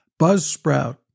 Buzzsprout